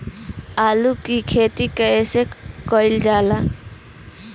आलू की खेती कइसे कइल जाला?